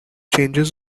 changes